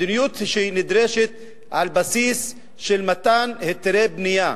מדיניות שהיא נדרשת על בסיס של מתן היתרי בנייה,